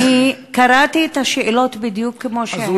אני קראתי את השאלות בדיוק כפי שהן.